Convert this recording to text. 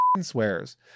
swears